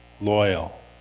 loyal